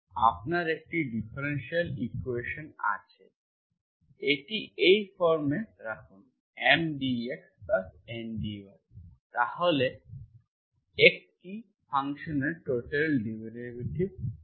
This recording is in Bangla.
আপনার একটি ডিফারেনশিয়াল ইকুয়েশন আছে এটি এই ফর্মে রাখুন M dxN dy তাহলে একটি ফাংশনের টোটাল ডেরিভেটিভ কী